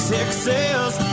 Texas